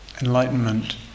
Enlightenment